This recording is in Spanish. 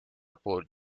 por